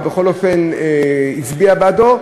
או בכל אופן הצביעה בעדה,